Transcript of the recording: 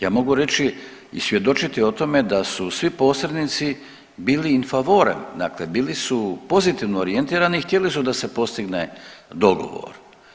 Ja mogu reći i svjedočiti o tome da su svi posrednici bili in favorem dakle bili su pozitivno orijentirani i htjeli su da se postigne dogovor.